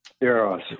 Eros